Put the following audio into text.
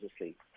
asleep